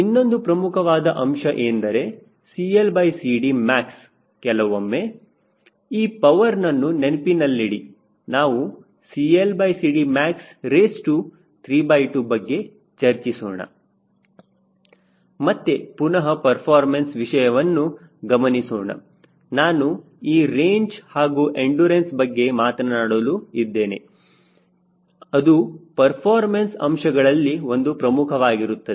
ಇನ್ನೊಂದು ಪ್ರಮುಖವಾದ ಅಂಶ ಎಂದರೆ CLCD max ಕೆಲವೊಮ್ಮೆ ಈ ಪವರ್ ನನ್ನು ನೆನಪಿನಲ್ಲಿಡಿ ನಾವು max ಬಗ್ಗೆ ಚರ್ಚಿಸೋಣ ಮತ್ತೆ ಪುನಹ ಪರ್ಫಾರ್ಮೆನ್ಸ್ ವಿಷಯವನ್ನು ಗಮನಿಸೋಣ ನಾನು ಈ ರೇಂಜ್ ಹಾಗೂ ಎಂಡುರನ್ಸ್ ಬಗ್ಗೆ ಮಾತನಾಡಲು ಇದ್ದೇನೆ ಅದು ಪರ್ಫಾರ್ಮೆನ್ಸ್ ಅಂಶಗಳಲ್ಲಿ ಒಂದು ಪ್ರಮುಖವಾಗಿರುತ್ತದೆ